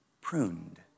pruned